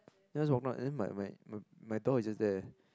just walk lah and then my my my door is just there